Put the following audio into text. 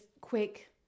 quick